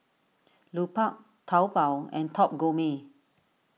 Lupark Taobao and Top Gourmet